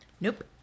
nope